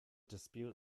dispute